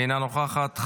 אינה נוכחת.